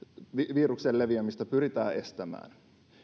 viruksen leviämistä pyritään estämään